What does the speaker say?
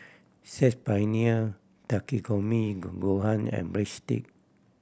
Saag Paneer Takikomi gohan and Breadstick